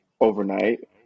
overnight